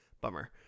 Bummer